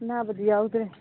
ꯑꯅꯥꯕꯗꯤ ꯌꯥꯎꯗ꯭ꯔꯦ